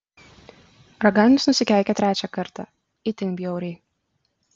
raganius nusikeikė trečią kartą itin bjauriai